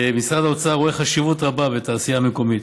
משרד האוצר רואה חשיבות רבה בתעשייה המקומית,